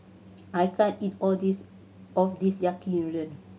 I can't eat all this of this Yaki Udon